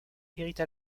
hérite